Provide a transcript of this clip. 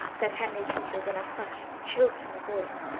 said henry peters in a hushed, choking voice,